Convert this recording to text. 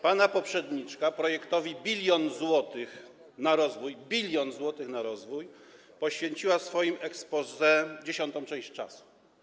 Pana poprzedniczka projektowi biliona złotych na rozwój - biliona złotych na rozwój - poświęciła w swoim exposé dziesiątą część czasu.